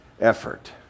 effort